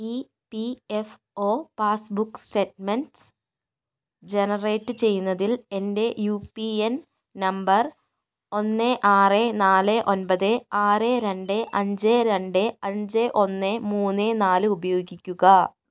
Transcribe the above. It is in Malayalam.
E P F O passbook statements generate ചെയ്യുന്നതിൽ എൻ്റെ യു പി എൻ നമ്പർ ഒന്ന് ആറ് നാല് ഒൻപത് ആറ് രണ്ട് അഞ്ച് രണ്ട് അഞ്ച് ഒന്ന് മൂന്ന് നാല് ഉപയോഗിക്കുക